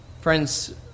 Friends